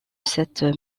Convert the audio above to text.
cette